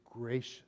gracious